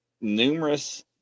numerous